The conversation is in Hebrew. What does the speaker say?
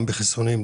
גם בחיסונים,